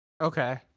Okay